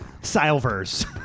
Silvers